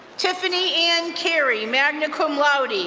tiffany anne carrie, magna cum laude,